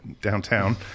downtown